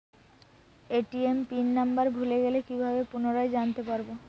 ATM pin number ভুলে গেলে কি ভাবে পুনরায় জানতে পারবো?